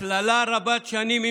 הסללה רבת שנים,